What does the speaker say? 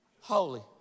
holy